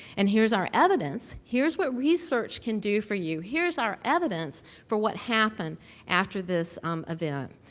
and here's our evidence. here's what research can do for you. here's our evidence for what happened after this um event.